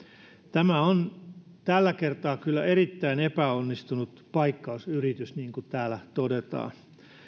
tämä on tällä kertaa kyllä erittäin epäonnistunut paikkausyritys niin kuin täällä todetaan